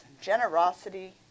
generosity